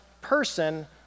person